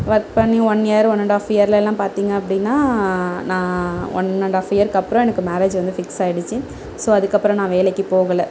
work பண்ணி one year one and half இயர்லெலாம் பார்த்திங்க அப்படினா நான் ஒன்னண்டாஃப் இயர்கு அப்புறோம் எனக்கு மேரேஜ் வந்து ஃபிக்ஸ் ஆயிடுச்சு ஸோ அதுக்கப்புறோம் நான் வேலைக்கு போகலை